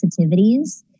sensitivities